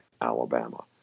Alabama